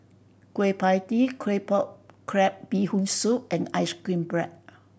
Kueh Pie Tee Claypot Crab Bee Hoon Soup and ice cream bread